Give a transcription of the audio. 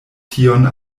tion